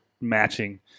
matching